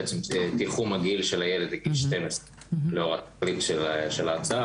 תיחום הגיל של הילד לגיל 12 לאור התיקונים של ההצעה,